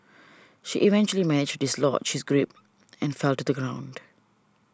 she eventually managed dislodge she's grip and fell to the ground